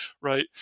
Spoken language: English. right